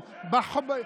12 שנים איפה הייתם?